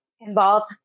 involved